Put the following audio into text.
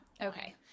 Okay